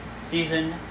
Season